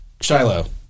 Shiloh